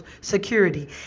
security